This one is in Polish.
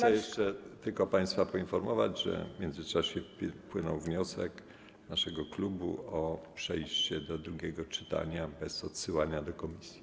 Chcę jeszcze tylko państwa poinformować, że w międzyczasie wpłynął wniosek naszego klubu o przejście do drugiego czytania bez odsyłania do komisji.